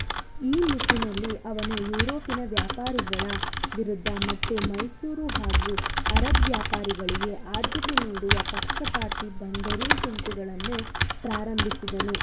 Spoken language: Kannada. ಈ ನಿಟ್ಟಿನಲ್ಲಿ ಅವನು ಯುರೋಪಿನ ವ್ಯಾಪಾರಿಗಳ ವಿರುದ್ಧ ಮತ್ತು ಮೈಸೂರು ಹಾಗೂ ಅರಬ್ ವ್ಯಾಪಾರಿಗಳಿಗೆ ಆದ್ಯತೆ ನೀಡುವ ಪಕ್ಷಪಾತಿ ಬಂದರು ಸುಂಕಗಳನ್ನು ಪ್ರಾರಂಭಿಸಿದನು